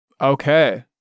Okay